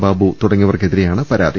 ബാബു തുടങ്ങിയവർക്കെതിരെയാണ് പരാതി